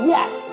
Yes